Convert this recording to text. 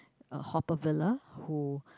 Haw-Par-Villa who